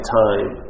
time